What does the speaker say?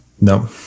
No